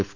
F